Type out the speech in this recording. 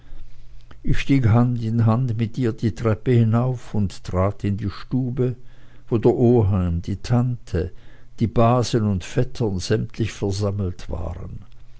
ich stieg hand in hand mit ihr die treppe hinauf und trat in die stube wo der oheim die tante die basen und vettern sämtlich versammelt waren